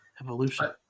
Evolution